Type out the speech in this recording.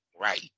right